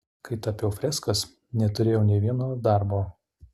kai tapiau freskas neturėjau nė vieno darbo